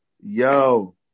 Yo